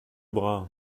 bras